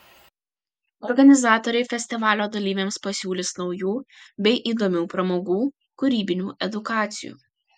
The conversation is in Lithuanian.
organizatoriai festivalio dalyviams pasiūlys naujų bei įdomių pramogų kūrybinių edukacijų